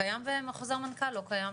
קיים בחוזר מנכ"ל, או לא קיים?